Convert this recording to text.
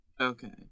Okay